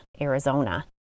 Arizona